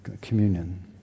communion